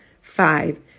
Five